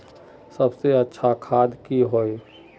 सबसे अच्छा खाद की होय?